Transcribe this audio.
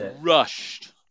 rushed